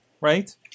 right